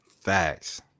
Facts